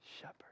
shepherd